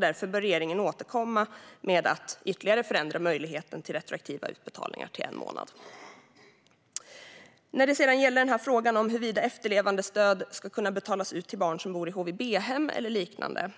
Därför bör regeringen återkomma och ytterligare förändra möjligheten till retroaktiva utbetalningar till en månad. När det gäller frågan om huruvida efterlevandestöd ska kunna betalas ut till barn som bor i HVB-hem eller liknande